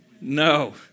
No